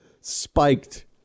spiked